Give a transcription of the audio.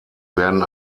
werden